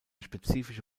spezifische